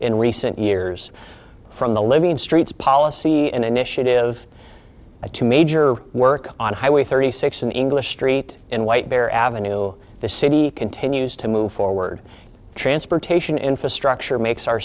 in recent years from the living streets policy and initiative i two major work on highway thirty six in english street in white bear avenue the city continues to move forward transportation infrastructure makes our